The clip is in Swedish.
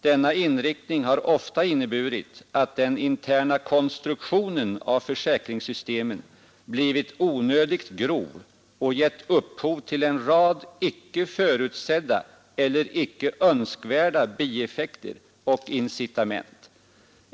Denna inriktning har ofta inneburit att den interna konstruktionen av försäkringssystemen blivit onödigt grov och gett upphov till en rad icke förutsedda eller icke önskvärda bieffekter och incitament.